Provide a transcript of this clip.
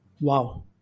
Wow